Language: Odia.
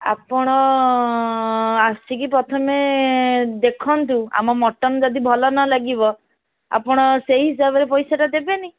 ଆପଣ ଆସିକି ପ୍ରଥମେ ଦେଖନ୍ତୁ ଆମ ମଟନ୍ ଯଦି ଭଲ ନ ଲାଗିବ ଆପଣ ସେଇ ହିସାବରେ ପଇସାଟା ଦେବେ ନି